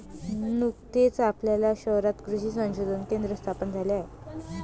नुकतेच आपल्या शहरात कृषी संशोधन केंद्र स्थापन झाले आहे